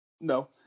No